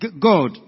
God